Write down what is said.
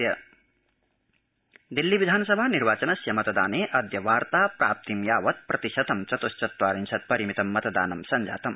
दिल्ली मतदानम् दिल्ली विधानसभा निर्वाचनस्य मतदानेऽद्य वार्ता प्राप्तिं यावत् प्रतिशतं चत्श्चत्वारिशत् परिमितम् मतदानं सव्जातम्